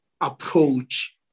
approach